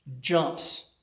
jumps